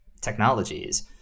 technologies